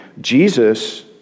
Jesus